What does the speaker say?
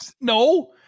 No